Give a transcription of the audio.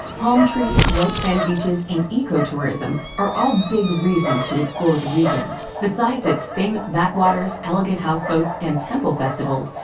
palm trees, white sand beaches and eco-tourism are all big reasons to explore the region. besides its famous backwaters, elegant houseboats and temple festivals,